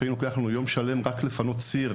לפעמים לוקח לנו יום שלם רק לפנות סיר,